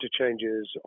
interchanges